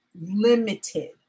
limited